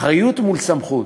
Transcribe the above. אחריות מול סמכות.